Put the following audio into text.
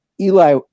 Eli